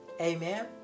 Amen